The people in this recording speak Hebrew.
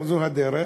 זו הדרך,